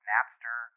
Napster